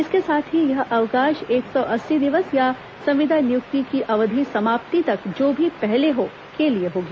इसके साथ ही यह अवकाश एक सौ अस्सी दिवस या संविदा नियुक्ति की अवधि समाप्ति तक जो भी पहले हो के लिए होगी